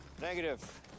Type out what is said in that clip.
Negative